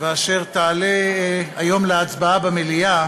ואשר תעלה היום להצבעה במליאה